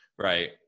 right